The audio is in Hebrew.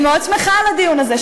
אני מאוד שמחה על הדיון הזה,